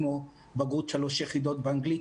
כמו בגרות שלוש יחידות באנגלית.